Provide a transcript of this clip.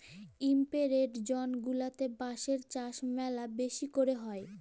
temperate zone গুলাতে বাঁশের চাষ ম্যালা বেশি ক্যরে হ্যয়